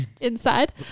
inside